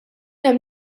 hemm